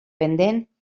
pendent